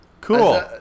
Cool